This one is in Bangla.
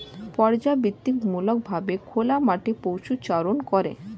পর্যাবৃত্তিমূলক ভাবে খোলা মাঠে পশুচারণ করে